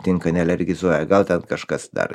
tinka nealergizuoja gal ten kažkas dar